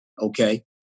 Okay